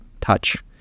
touch